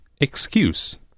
excuse